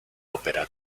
ópera